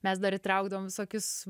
mes dar įtraukdavom visokius